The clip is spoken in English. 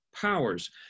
powers